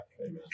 Amen